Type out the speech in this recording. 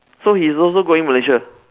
so he's also going Malaysia